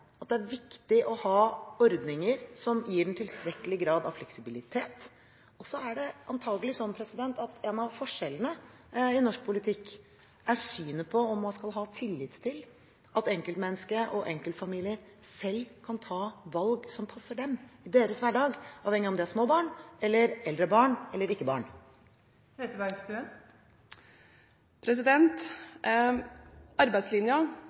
viktig å ha ordninger som gir en tilstrekkelig grad av fleksibilitet. Da er det antakelig sånn at en av forskjellene i norsk politikk er synet på om man skal ha tillit til at enkeltmennesket og enkeltfamilier selv kan ta valg som passer dem og deres hverdag, avhengig av om de har små barn eller eldre barn eller ikke barn. Arbeidslinja